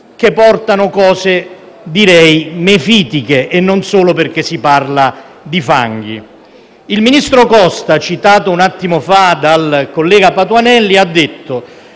che portano cose mefitiche, e non solo perché si parla di fanghi. Il ministro Costa, citato un attimo fa dal collega Patuanelli, ha detto: